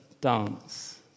dance